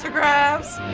krabs?